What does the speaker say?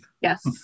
Yes